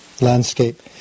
landscape